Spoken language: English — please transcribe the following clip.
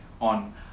on